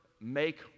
make